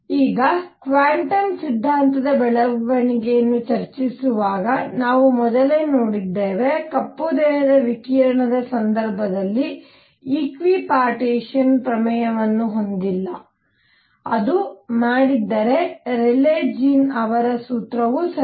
ಈಗ ಕ್ವಾಂಟಮ್ ಸಿದ್ಧಾಂತದ ಬೆಳವಣಿಗೆಯನ್ನು ಚರ್ಚಿಸುವಾಗ ನಾವು ಮೊದಲೇ ನೋಡಿದ್ದೇವೆ ಕಪ್ಪು ದೇಹದ ವಿಕಿರಣದ ಸಂದರ್ಭದಲ್ಲಿ ಈಕ್ವಿಪಾರ್ಟೇಶನ್ ಪ್ರಮೇಯವನ್ನು ಹೊಂದಿಲ್ಲ ಅದು ಮಾಡಿದ್ದರೆ ರೇಲೀ ಜೀನ್ ಅವರ ಸೂತ್ರವು ಸರಿ